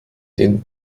den